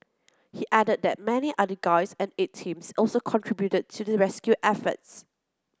he added that many other guides and aid teams also contributed to the rescue efforts